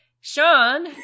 Sean